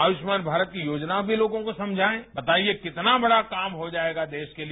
आयुष्मान भारत की योजना भी लोगों को समझाएं बताइए कितना बड़ा काम हो जाएगा देश के लिए